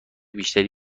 بیشتری